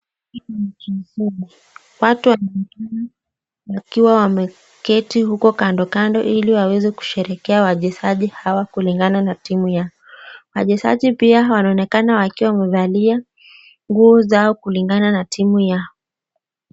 Watu wakiwa wameketi huko kando kando ili waweze kusherehekea wachezaji hawa kulingana na timu yao. Wachezaji pia wanaonekana wakiwa wamevalia nguo zao kulingana na timu yao.